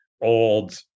old